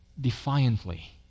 defiantly